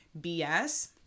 BS